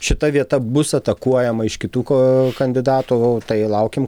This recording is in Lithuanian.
šita vieta bus atakuojama iš kitų ka kandidatų tai laukim